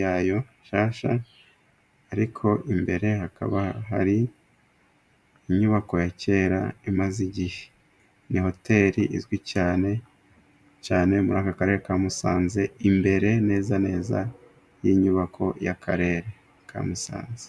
yayo nshyashya ariko imbere hakaba hari inyubako ya kera imaze igihe, ni hotel izwi cyane cyane muri aka karere ka Musanze imbere neza neza y'inyubako y'Akarere ka Musanze.